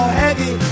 heavy